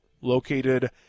located